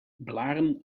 blaren